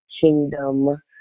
kingdom